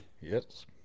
Yes